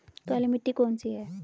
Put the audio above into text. काली मिट्टी कौन सी है?